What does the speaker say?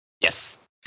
Yes